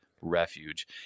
refuge